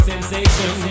Sensation